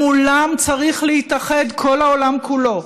מולם צריך להתאחד כל העולם כולו,